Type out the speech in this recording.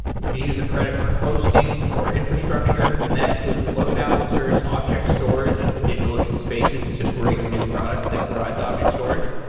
you can use the for hosting, or infrastructure, and that includes load balancers, object storage. digitalocean spaces is a great new product that provides object storage,